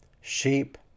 sheep